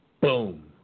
boom